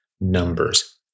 numbers